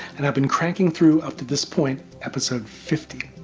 and have been cranking through up to this point, episode fifty.